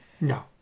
No